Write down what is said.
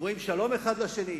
אומרים שלום אחד לשני?